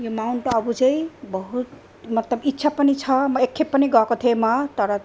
यो माउन्ट आबु चाहिँ बहुत मतलब इच्छा पनि छ म एकखेप पनि गएको थिएँ म तर